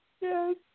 Yes